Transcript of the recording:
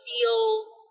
feel